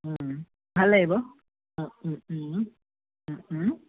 ভাল লাগিব ও ও ও ও ও